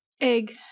Egg